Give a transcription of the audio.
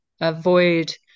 avoid